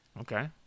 Okay